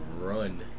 run